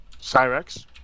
Cyrex